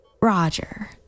Roger